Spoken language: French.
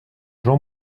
jean